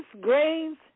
grains